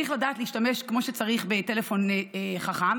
צריך לדעת להשתמש כמו שצריך בטלפון חכם,